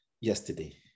yesterday